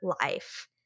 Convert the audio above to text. life